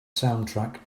soundtrack